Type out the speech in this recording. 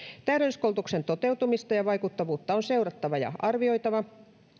täydennyskoulutuksen toteutumista ja vaikuttavuutta on seurattava ja arvioitava